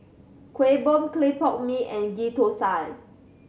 Kuih Bom clay pot mee and Ghee Thosai